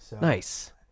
Nice